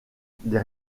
des